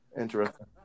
Interesting